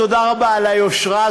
תודה רבה על היושרה,